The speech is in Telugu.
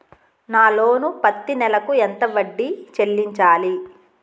నా లోను పత్తి నెల కు ఎంత వడ్డీ చెల్లించాలి?